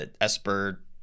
Esper